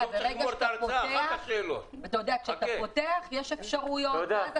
יש אפשרויות.